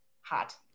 hot